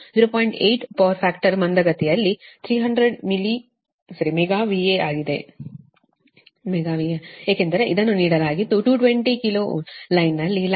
8 power factor ಮಂದಗತಿಯಲ್ಲಿ 300 MVA ಆಗಿದೆ ಏಕೆಂದರೆ ಇದನ್ನು ನೀಡಲಾಗಿದ್ದು 220 KV ಲೈನ್'ನಲ್ಲಿ ಲೈನ್ ವೋಲ್ಟೇಜ್ಗೆ 0